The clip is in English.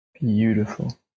Beautiful